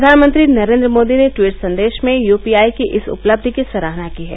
प्रधानमंत्री नरेन्द्र मोदी ने ट्वीट संदेश में यू पी आई की इस उपलब्धि की सराहना की है